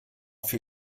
für